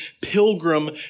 pilgrim